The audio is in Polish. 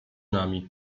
nami